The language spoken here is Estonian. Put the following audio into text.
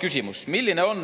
küsimus: "Milline on